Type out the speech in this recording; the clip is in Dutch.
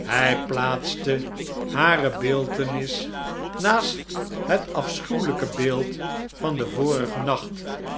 hij plaatste hare beeltenis naast het afschuwelijke beeld van den vorigen nacht